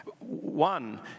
One